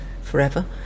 forever